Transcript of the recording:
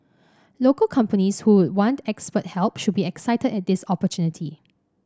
local companies who would want expert help should be excited at this opportunity